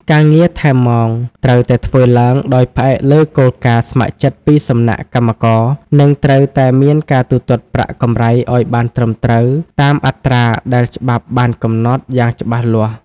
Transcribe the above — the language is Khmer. ការងារថែមម៉ោងត្រូវតែធ្វើឡើងដោយផ្អែកលើគោលការណ៍ស្ម័គ្រចិត្តពីសំណាក់កម្មករ និងត្រូវតែមានការទូទាត់ប្រាក់កម្រៃឱ្យបានត្រឹមត្រូវតាមអត្រាដែលច្បាប់បានកំណត់យ៉ាងច្បាស់លាស់។